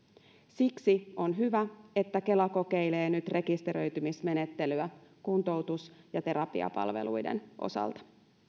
siksi on hyvä että kela kokeilee nyt rekisteröitymismenettelyä kuntoutus ja terapiapalveluiden osalta